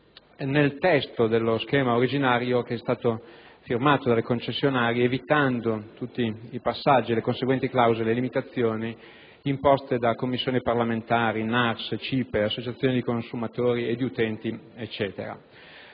nel testo dello schema originario firmato dalle concessionarie, evitando i passaggi e le conseguenti clausole e limitazioni imposte da Commissioni parlamentari, NARS, CIPE, associazioni di consumatori e di utenti, eccetera.